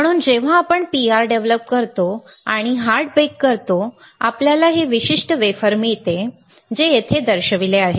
म्हणून जेव्हा आपण PR डेव्हलप करतो आणि हार्ड बेक करतो आपल्याला हे विशिष्ट वेफर मिळते जे येथे दर्शविले आहे